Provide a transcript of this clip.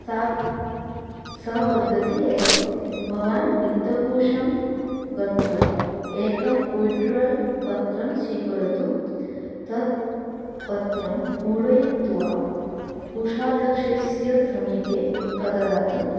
सा सः पद्धति एवं भवान् वित्तकोषं गत्वा एकं वित्ड्रौल् पत्रं स्वीकरोतु तत् पत्रं पूरयित्वा कोषाध्यक्षस्य समीपे प्रददातु